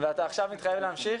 ועכשיו אתה מתחייב להמשיך?